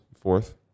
fourth